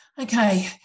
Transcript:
okay